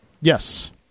Yes